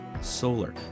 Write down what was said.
Solar